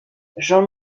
jean